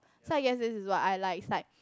so I guess this is what I like it's like